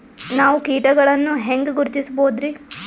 ನಾವು ಕೀಟಗಳನ್ನು ಹೆಂಗ ಗುರುತಿಸಬೋದರಿ?